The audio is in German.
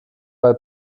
bei